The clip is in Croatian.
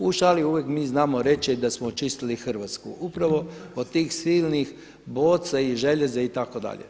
U šali mi uvijek znamo reći da smo očistili Hrvatsku upravo od tih silnih boca i željeza itd.